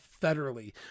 federally